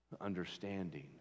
Understanding